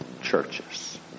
churches